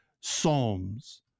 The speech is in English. psalms